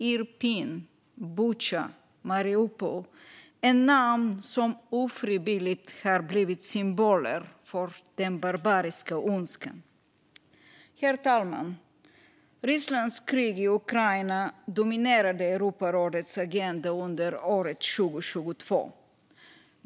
Irpin, Butja och Mariupol är namn som ofrivilligt har blivit symboler för den barbariska ondskan. Herr talman! Rysslands krig i Ukraina dominerade Europarådets agenda under året 2022.